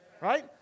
Right